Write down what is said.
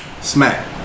Smack